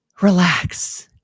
relax